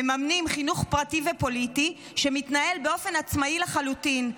מממנים חינוך פרטי ופוליטי שמתנהל באופן עצמאי לחלוטין.